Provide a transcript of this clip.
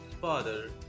father